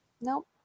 Nope